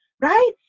right